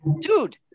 dude